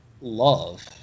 love